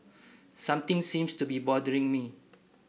something seems to be bothering me